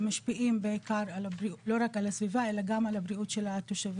שמשפיעים לא רק על הסביבה אלא גם על הבריאות של התושבים,